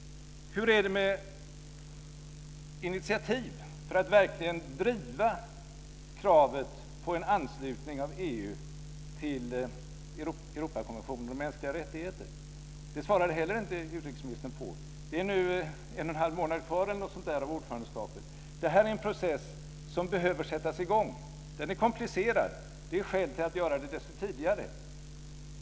Hur är det med initiativ för att verkligen driva kravet på en anslutning av EU till Europakonventionen om mänskliga rättigheter? Det svarade heller inte utrikesministern på. Det är nu cirka en och en halv månad kvar av ordförandeskapet. Det här är en process som behöver sättas i gång. Den är komplicerad, och det är skäl till att göra det desto tidigare.